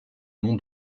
nom